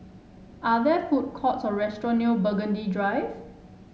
are there food courts or restaurant near Burgundy Drive